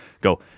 go